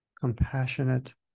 compassionate